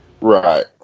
Right